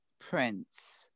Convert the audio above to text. Prince